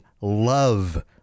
love